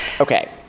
Okay